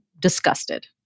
disgusted